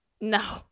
No